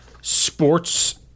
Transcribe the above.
Sports